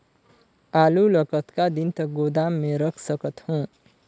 आलू ल कतका दिन तक गोदाम मे रख सकथ हों?